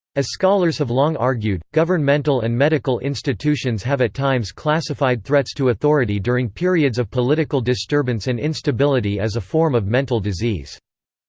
as scholars have long argued, governmental and medical institutions have at times classified threats to authority during periods of political disturbance and instability as a form of mental disease.